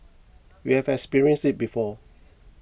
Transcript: we have experienced it before